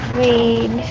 read